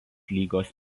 lygos